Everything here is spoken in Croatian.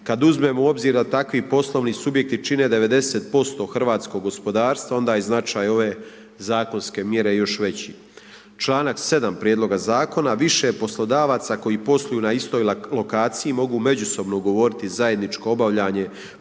Kada uzmemo u obzir da takvi poslovni subjekti čine 90% hrvatskog gospodarstva, onda je značaj ove zakonske mjere još veći. Članak 7. Prijedloga zakona – više je poslodavaca koji posluju na istoj lokaciji mogu međusobno ugovoriti zajedničko obavljanje poslova